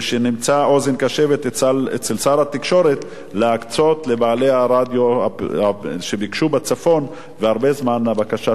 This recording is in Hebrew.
ושנמצא אוזן קשבת אצל שר התקשורת להקצות לבעלי הרדיו מהצפון שביקשו,